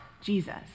Jesus